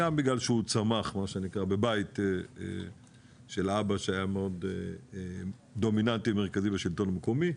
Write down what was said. גם בגלל שהוא צמח בבית של אבא שהיה מאוד דומיננטי ומרכזי בשלטון המקומי,